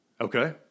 Okay